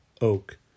oak